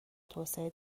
توسعه